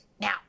now